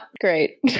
great